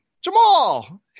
Jamal